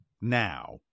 now